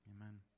Amen